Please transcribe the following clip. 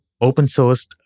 open-sourced